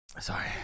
Sorry